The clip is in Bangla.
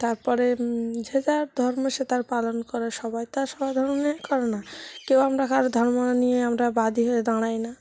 তার পরে যে যার ধর্ম সে তার পালন করে সবাই তো আর সবার ধর্ম নিয়ে এ করে না কেউ আমরা কারো ধর্ম নিয়ে আমরা বাদী হয়ে দাঁড়াই না